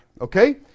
okay